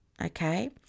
Okay